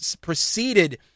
proceeded